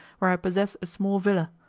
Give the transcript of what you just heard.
where i possess a small villa.